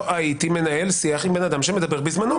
לא הייתי מנהל שיח עם בן אדם שמדבר בזמנו.